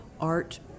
art